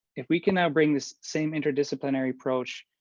if we can bring this same interdisciplinary approach